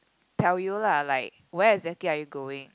tell you lah like where exactly are you going